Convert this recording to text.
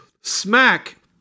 smack